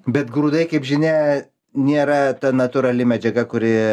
bet grūdai kaip žinia nėra ta natūrali medžiaga kuri